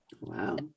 Wow